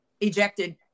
ejected